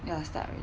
ya start already